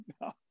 No